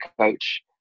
coach